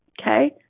okay